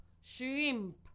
shrimp